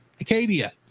Acadia